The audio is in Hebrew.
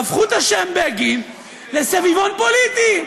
והפכו את השם בגין לסביבון פוליטי.